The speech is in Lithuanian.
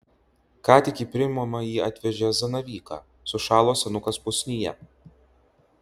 ką tik į priimamąjį atvežė zanavyką sušalo senukas pusnyje